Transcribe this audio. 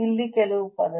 ಇಲ್ಲಿ ಕೆಲವು ಪದಗಳು